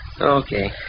Okay